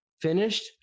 finished